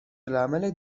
العمل